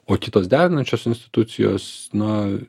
o kitos derinančios institucijos na